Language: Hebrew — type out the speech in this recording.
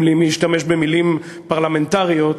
אם להשתמש במילים פרלמנטריות,